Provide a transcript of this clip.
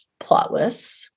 plotless